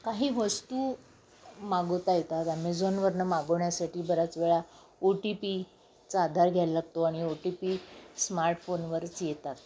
काही वस्तू मागवता येतात ॲमेझॉनवरनं मागवण्यासाठी बऱ्याच वेळा ओ टी पीचा आधार घ्यायला लागतो आणि ओ टी पी स्मार्टफोनवरच येतात